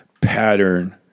pattern